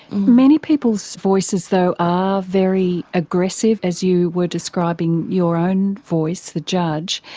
many people's voices though are very aggressive, as you were describing your own voice, the judge.